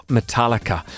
Metallica